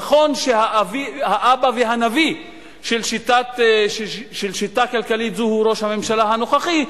נכון שהאבא והנביא של שיטה כלכלית זו הוא ראש הממשלה הנוכחי,